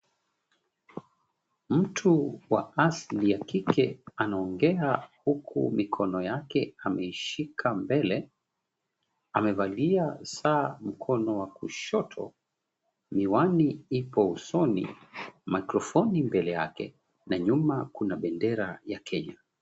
Mtu wa asili ya kike anaongea huku mikono yake ameishika mbele, amevalia saa mkono wa kushoto, miwani ipo usoni microphoni mbele yake na nyuma, kuna bendera ya Kenya.